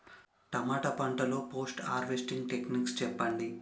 టమాటా పంట లొ post harvesting techniques చెప్పండి?